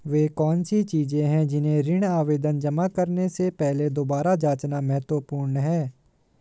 वे कौन सी चीजें हैं जिन्हें ऋण आवेदन जमा करने से पहले दोबारा जांचना महत्वपूर्ण है?